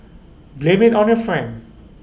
blame IT on your friend